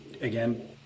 Again